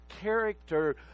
character